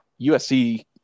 USC